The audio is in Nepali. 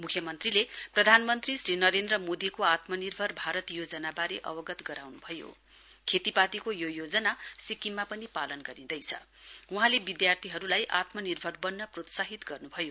मुख्यमन्त्रीले प्रधानमन्त्री श्री नरेन्द्र मोदीको आत्मनिर्भर भारत योजनाबारे अवगत गराउनुभयो खेतीपातीको यो योजना सिक्किममा पनि पालन गरिँदैछ वहाँले विद्यार्थीहरूलाई आत्मनिर्भर बन्न प्रोत्साहित गर्नुभयो